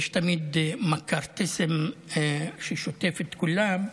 יש תמיד מקרתיזם ששוטף את כולם,